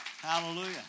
Hallelujah